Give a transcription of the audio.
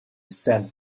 sent